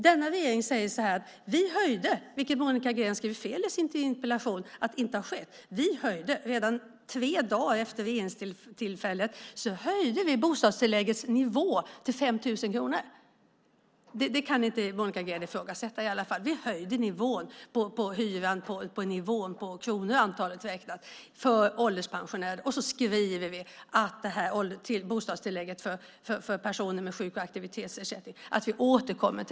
Denna regering höjde - vilket Monica Green i sin interpellation felaktigt påstår inte har skett - redan tre dagar efter regeringstillträdet bostadstilläggets nivå till 5 000 kronor. Det kan Monica Green i varje fall inte ifrågasätta. Vi höjde nivån för hyran i antalet kronor räknat för ålderspensionärer. Vi skriver också att vi återkommer till bostadstillägget för personer med sjuk och aktivitetsersättning.